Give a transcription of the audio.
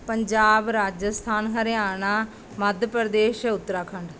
Punjab Rajasthan Haryana Madhya Pradesh Uttarakhand